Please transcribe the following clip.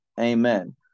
Amen